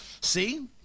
See